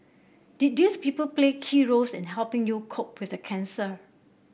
did these people play key roles in helping you cope with the cancer